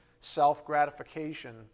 self-gratification